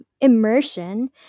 immersion